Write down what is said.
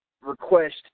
request